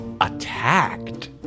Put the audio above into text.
attacked